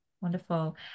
Wonderful